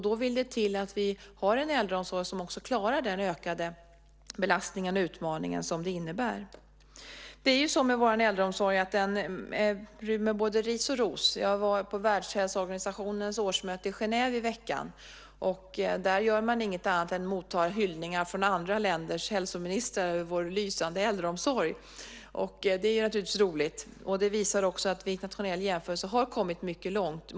Då vill det till att vi har en äldreomsorg som också klarar den ökade belastningen och utmaningen som det innebär. Vår äldreomsorg får både ris och ros. Jag var på Världshälsoorganisationens årsmöte i Genève i veckan. Där gör man inget annat än mottar hyllningar från andra länders hälsoministrar över vår lysande äldreomsorg. Det är naturligtvis roligt. Det visar också att vi i en internationell jämförelse har kommit mycket långt.